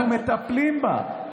אנחנו מטפלים בה.